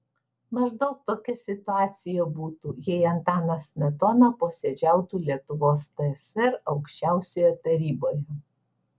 maždaug tokia situacija būtų jei antanas smetona posėdžiautų lietuvos tsr aukščiausioje taryboje